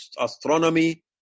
astronomy